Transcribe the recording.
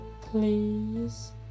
Please